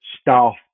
staff